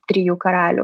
trijų karalių